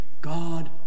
God